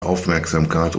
aufmerksamkeit